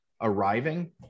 arriving